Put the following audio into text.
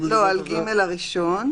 לא, על (ג) הראשון.